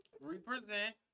Represent